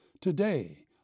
Today